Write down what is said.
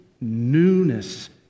newness